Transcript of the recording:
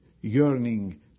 yearning